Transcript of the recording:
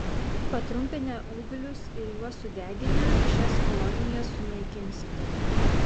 patrumpinę ūglius ir juos sudeginę šias kolonijas sunaikinsite